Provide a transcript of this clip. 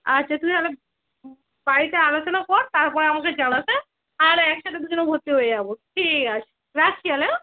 আচ্ছা তুমি তাহলে বাড়িতে আলোচনা কর তার পরে আমাকে জানাস হ্যাঁ তাহলে একসাথে দুজনে ভর্তি হয়ে যাব ঠিক আছে রাখছি তাহলে হ্যাঁ